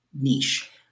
niche